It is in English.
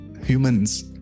humans